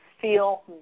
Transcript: feel